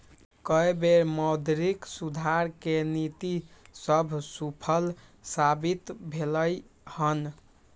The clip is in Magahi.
कय बेर मौद्रिक सुधार के नीति सभ सूफल साबित भेलइ हन